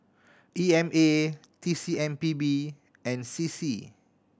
E M A T C M P B and C C